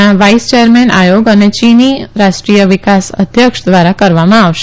ના vice chairman આયોગ અને યીની રાષ્ટ્રીય વિકાસ અધ્યક્ષ દ્વારા કરવામાં આવશે